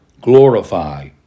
glorify